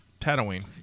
Tatooine